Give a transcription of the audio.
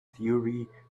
theory